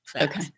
okay